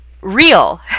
real